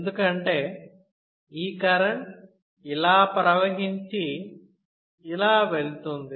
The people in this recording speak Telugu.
ఎందుకంటే ఈ కరెంట్ ఇలా ప్రవహించి ఇలా వెళ్తుంది